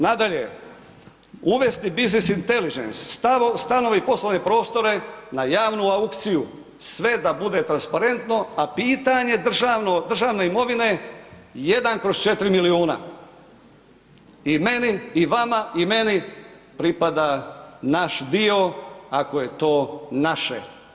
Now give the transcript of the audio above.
Nadalje, uvesti Business Intelligence, stanovi i poslovne prostore na javnu aukciju, sve da bude transparentno, a pitanje državne imovine ¼ milijuna i meni i vama i meni pripada naš dio, ako je to naše.